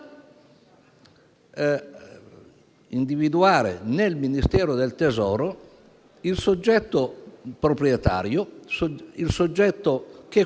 individuare nel Ministero del tesoro il soggetto proprietario, quello quindi